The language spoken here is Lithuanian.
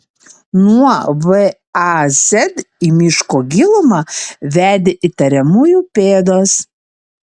nuo vaz į miško gilumą vedė įtariamųjų pėdos